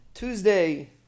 Tuesday